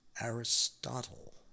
Aristotle